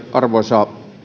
arvoisa